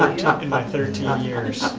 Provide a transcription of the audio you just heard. in my thirteen um years.